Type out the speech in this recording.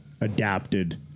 adapted